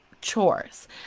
chores